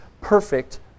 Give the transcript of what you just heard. perfect